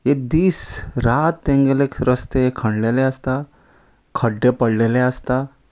एक दीस रात तेंगेले रस्ते खणलेले आसता खड्डे पडलेले आसता